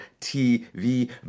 TV